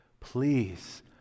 please